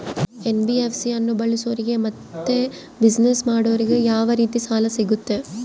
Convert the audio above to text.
NBFC ಅನ್ನು ಬಳಸೋರಿಗೆ ಮತ್ತೆ ಬಿಸಿನೆಸ್ ಮಾಡೋರಿಗೆ ಯಾವ ರೇತಿ ಸಾಲ ಸಿಗುತ್ತೆ?